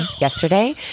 yesterday